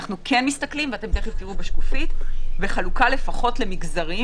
אנו כן מסתכלים בחלוקה לפחות למגזרים